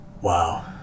wow